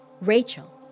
Rachel